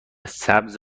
سبز